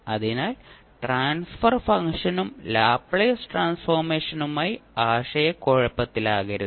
അതിനാൽ ട്രാൻസ്ഫർ ഫംഗ്ഷനും ലാപ്ലേസ് ട്രാൻസ്ഫോർമേഷനുമായി ആശയക്കുഴപ്പത്തിലാകരുത്